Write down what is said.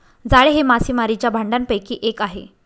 जाळे हे मासेमारीच्या भांडयापैकी एक आहे